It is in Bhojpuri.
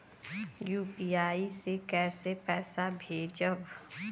यू.पी.आई से कईसे पैसा भेजब?